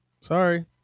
Sorry